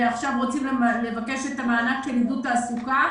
ועכשיו רוצים לבקש את המענק של עידוד תעסוקה.